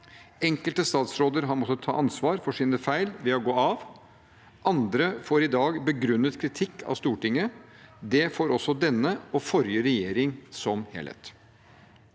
Enkelte statsråder har måttet ta ansvar for sine feil ved å gå av. Andre får i dag begrunnet kritikk av Stortinget. Det får også denne og forrige regjering som helhet.